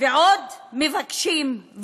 ועוד מבקשים,